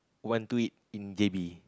want to eat in J_B